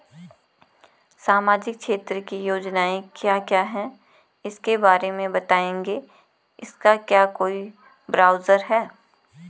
सामाजिक क्षेत्र की योजनाएँ क्या क्या हैं उसके बारे में बताएँगे इसका क्या कोई ब्राउज़र है?